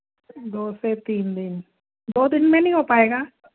दो से तीन दिन दो दिन में नहीं हो पाएगा